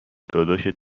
داداشت